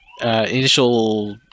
initial